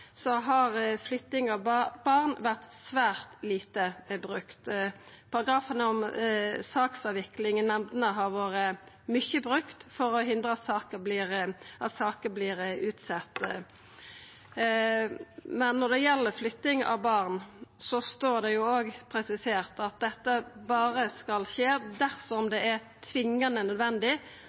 har flytting av barn vore svært lite brukt. Paragrafen om saksavvikling i nemndene har vore mykje brukt for å hindra at saker vert utsette. Når det gjeld flytting av barn, står det òg presisert at dette berre skal skje dersom det er tvingande nødvendig